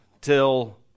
till